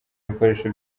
ibikoresho